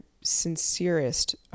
sincerest